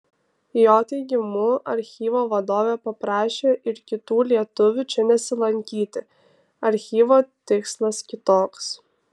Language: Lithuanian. jo teigimu archyvo vadovė paprašė ir kitų lietuvių čia nesilankyti archyvo tikslas kitoks